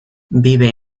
vive